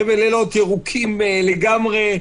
חבל אילות ירוקים לגמרי.